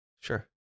sure